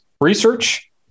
Research